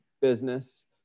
business